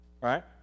right